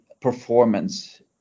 performance